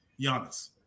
Giannis